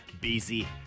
Busy